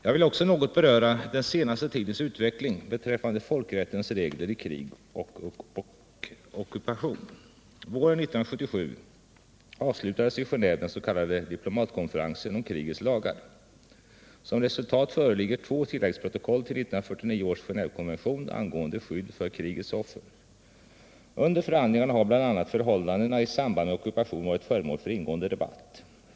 att belysa olika aspekter på civil motstånd Om arbetet med att belysa olika aspekter på civilmotstånd offer. Under förhandlingarna har bl.a. förhållandena i samband med ockupation varit föremål för ingående debatt.